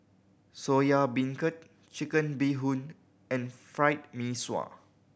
Soya Beancurd Chicken Bee Hoon and Fried Mee Sua